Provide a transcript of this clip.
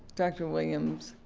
dr. williams,